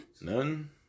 None